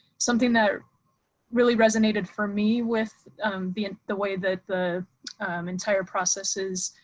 something that really resonated for me with the and the way that the entire process is